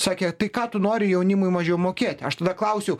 sakė tai ką tu nori jaunimui mažiau mokėt aš tada klausiu